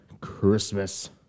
Christmas